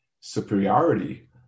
superiority